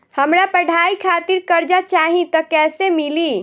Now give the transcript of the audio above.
हमरा पढ़ाई खातिर कर्जा चाही त कैसे मिली?